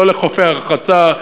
לא לחופי הרחצה,